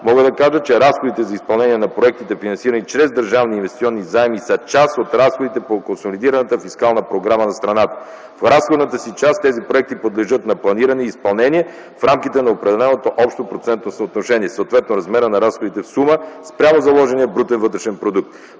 мога да кажа, че разходите за изпълнение на проектите, финансирани чрез държавни инвестиционни заеми, са част от разходите по консолидираната фискална програма на страната. В разходната си част тези проекти подлежат на планиране и изпълнение в рамките на определеното общо процентно съотношение, съответно размерът на разходите в сума спрямо заложения брутен вътрешен продукт.